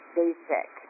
basic